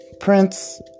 Prince